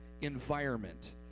environment